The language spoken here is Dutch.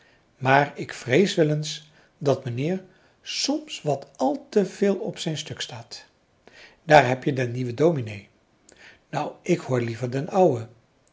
maar ik vrees wel eens dat mijnheer soms wat al te veel op zijn stuk staat daar hebje den nieuwen dominee nou ik hoor liever den ouwe